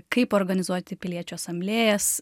kaip organizuoti piliečių asamblėjas